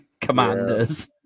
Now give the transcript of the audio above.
commanders